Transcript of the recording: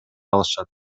алышат